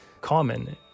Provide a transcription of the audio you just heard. common